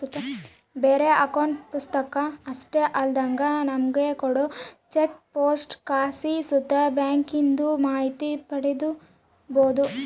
ಬರೇ account passbook ಅಷ್ಟೇ ಅಲ್ದಂಗ ನಮುಗ ಕೋಡೋ ಚೆಕ್ಬುಕ್ಲಾಸಿ ಸುತ ಬ್ಯಾಂಕಿಂದು ಮಾಹಿತಿ ಪಡೀಬೋದು